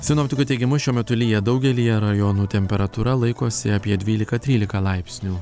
sinoptikų teigimu šiuo metu lyja daugelyje rajonų temperatūra laikosi apie dvylika trylika laipsnių